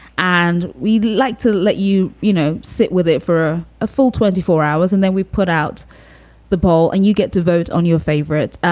and we'd like to let you you know sit with it for a full twenty four hours. and then we put out the poll and you get to vote on your favorites.